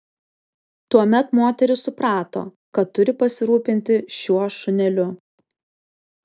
tuomet moteris suprato kad turi pasirūpinti šiuo šuneliu